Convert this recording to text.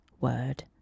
word